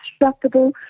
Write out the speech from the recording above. destructible